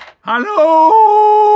Hello